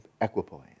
equipoise